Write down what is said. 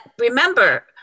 remember